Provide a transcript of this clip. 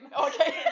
Okay